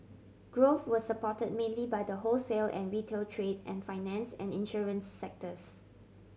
growth was supported mainly by the wholesale and retail trade and finance and insurance sectors